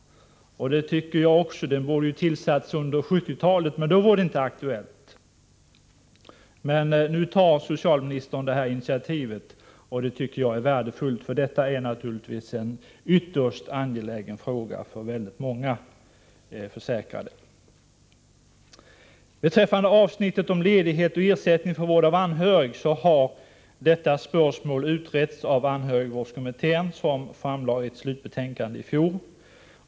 Det tycker jag också. Den borde ha tillsatts under 1970-talet, men då var det inte aktuellt med en utredning. Nu har socialministern tagit det här initiativet. Det tycker jag är värdefullt, för detta är naturligtvis en ytterst angelägen fråga för många försäkrade. Beträffande avsnittet om ledighet och ersättning för vård av anhörig har detta spörsmål utretts av anhörigvårdskommittén, som framlade ett slutbetänkande i fjol.